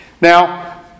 Now